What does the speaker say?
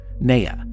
Naya